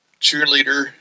cheerleader